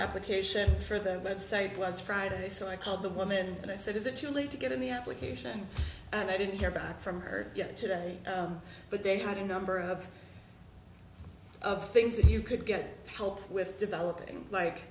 application for their website was friday so i called the woman and i said is it too late to get in the application and i didn't hear back from her yet today but they had a number of of things that you could get help with developing like